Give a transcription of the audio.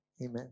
Amen